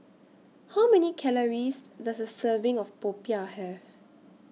How Many Calories Does A Serving of Popiah Have